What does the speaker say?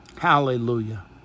Hallelujah